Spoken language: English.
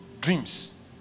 dreams